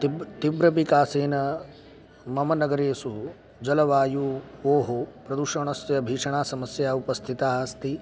तिब् तिव्रविकासेन मम नगरेषु जलवायोः प्रदूषणस्य भीषणा समस्या उपस्थिता अस्ति